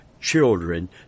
children